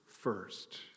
first